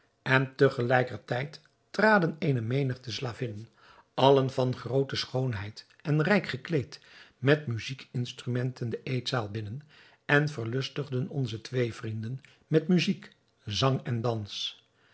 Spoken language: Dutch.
en te gelijker tijd traden eene menigte slavinnen allen van groote schoonheid en rijk gekleed met muzijkinstrumenten de eetzaal binnen en verlustigden onze twee vrienden met muzijk zang en dans